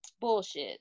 Bullshit